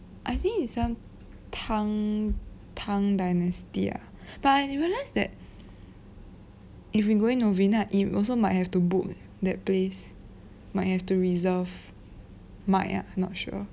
I think it's some tang tang dynasty ah but I realise that if we going novena we also might have to book that place might have to reserve might ah not sure